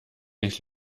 nicht